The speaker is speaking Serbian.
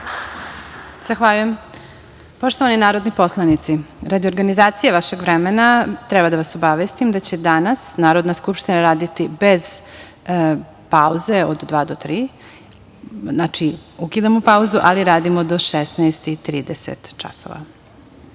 Zahvaljujem. Poštovani narodni poslanici, radi organizacije vašeg vremena treba da vas obavestim da će danas Narodna skupština raditi bez pauze od 14.00 do 15.00 časova. Znači, ukidamo pauzu, ali radimo do 16,30